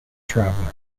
traveller